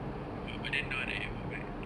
oh god but then now that at home right